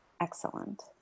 Excellent